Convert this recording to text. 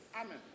Amen